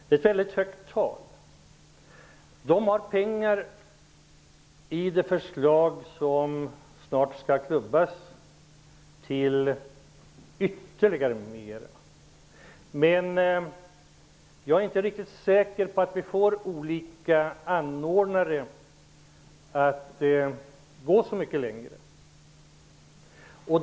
Det är ett väldigt högt tal. I det förslag som snart skall klubbas igenom får verket pengar till ytterligare åtgärder. Men jag är inte riktigt säker på att vi får olika anordnare att gå så mycket längre.